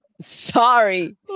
Sorry